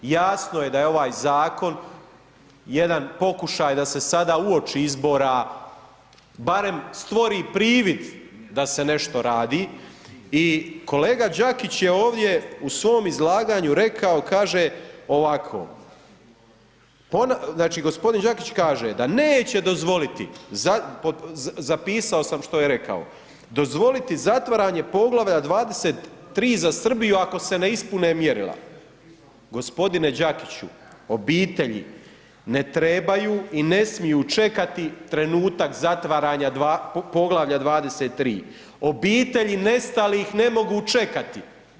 Jasno je da je ovaj zakon jedan pokušaj da se sada uoči izbora barem stvori privid da se nešto radi i kolega Đakić je ovdje u svom izlaganju rekao, kaže ovako, znači g. Đakić kaže, da neće dozvoliti, zapisao sam što je rekao, dozvoliti zatvaranje Poglavlja 23. za Srbiju ako se ne ispune mjerila. g. Đakiću, obitelji ne trebaju i ne smiju čekati trenutak zatvaranja Poglavlja 23., obitelji nestalih ne mogu čekati.